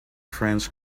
french